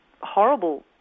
horrible